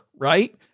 right